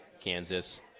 Kansas